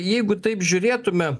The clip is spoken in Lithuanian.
jeigu taip žiūrėtumėm